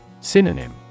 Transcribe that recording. Synonym